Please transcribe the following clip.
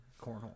Cornhole